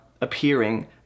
appearing